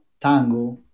tango